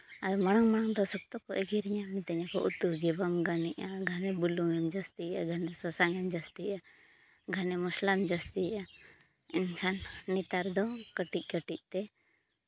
ᱟᱨ ᱢᱟᱲᱟᱝ ᱢᱟᱲᱟᱝ ᱫᱚ ᱥᱚᱠᱛᱚ ᱠᱚ ᱮᱜᱮᱨᱤᱧᱟ ᱢᱤᱛᱟᱹᱧᱟᱠᱚ ᱩᱛᱩᱜᱮ ᱵᱟᱢ ᱜᱟᱱᱮᱫᱼᱟ ᱜᱷᱟᱱᱮ ᱵᱩᱞᱩᱝ ᱮᱢ ᱡᱟᱹᱥᱛᱤᱭᱮᱫᱟ ᱜᱷᱟᱱᱮ ᱥᱟᱥᱟᱝ ᱮᱢ ᱡᱟᱹᱥᱛᱤᱭᱟ ᱜᱷᱟᱱᱮ ᱢᱚᱥᱞᱟᱢ ᱡᱟᱹᱥᱛᱤᱭᱟ ᱮᱱᱠᱷᱟᱱ ᱱᱮᱛᱟᱨ ᱫᱚ ᱠᱟᱹᱴᱤᱡ ᱠᱟᱹᱴᱤᱡᱛᱮ